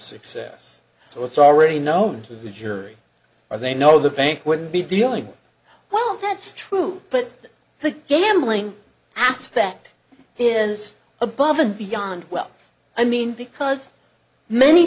success so it's already known to the jury or they know the bank would be dealing well that's true but the gambling aspect is above and beyond well i mean because many